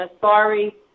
sorry